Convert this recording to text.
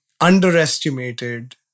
underestimated